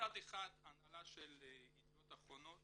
מצד אחד ההנהלה של ידיעות אחרונות